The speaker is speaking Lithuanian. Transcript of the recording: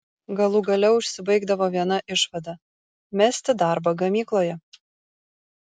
galų gale užsibaigdavo viena išvada mesti darbą gamykloje